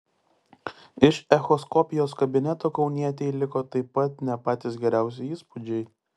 iš echoskopijos kabineto kaunietei liko taip pat ne patys geriausi įspūdžiai